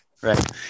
Right